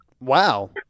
Wow